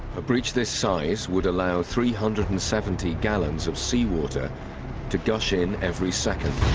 a breach this size would allow three hundred and seventy gallons of sea water to gush in every second.